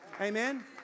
Amen